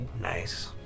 Nice